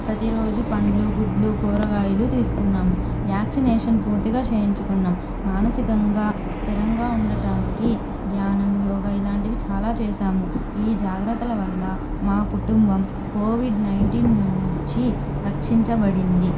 ప్రతిరోజు పండ్లు గుడ్లు కూరగాయలు తీసుకున్నాము వ్యాక్సినేషన్ పూర్తిగా చేయించుకున్నాం మానసికంగా స్థిరంగా ఉండటానికి ధ్యానం యోగా ఇలాంటివి చాలా చేశాము ఈ జాగ్రత్తల వల్ల మా కుటుంబం కోవిడ్ నైన్టీన్ నుంచి రక్షించబడింది